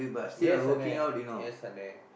yes annan yes அண்ணன்:annan